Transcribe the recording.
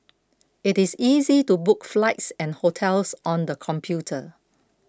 it is easy to book flights and hotels on the computer